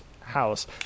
house